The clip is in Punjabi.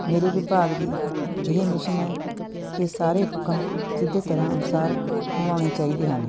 ਮੇਰੇ ਵਿਭਾਗ ਦੀ ਇਹ ਮਿਸ਼ਨ ਹੈ ਕਿ ਸਾਰੇ ਹੁਕਮ ਸਿੱਧੇ ਤਰ੍ਹਾਂ ਅਨੁਸਾਰ ਨਿਭਾਉਣੇ ਚਾਹੀਦੇ ਹਨ